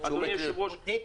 אדוני היושב-ראש,